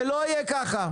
זה לא יהיה כך.